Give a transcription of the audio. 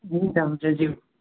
हुन्छ हुन्छ ज्यू